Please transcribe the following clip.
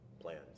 plans